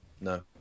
No